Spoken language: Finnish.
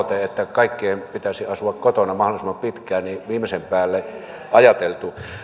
kaikkien pitäisi asua kotona mahdollisimman pitkään viimeisen päälle ajateltu